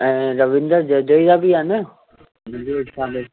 ऐं रविन्द्र जडेजा बि आहे न